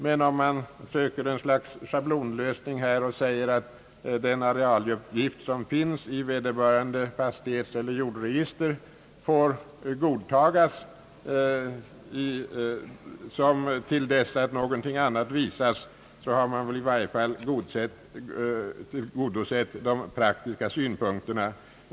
Men om man söker en schablonlösning och säger att den arealuppgift som finns i vederbörande fastighetseller jordregister får godtas till dess att någonting annat visats, har man i varje fall tillgodosett de praktiska synpunkterna.